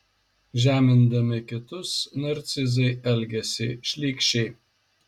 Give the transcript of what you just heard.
žemindami kitus narcizai elgiasi šlykščiai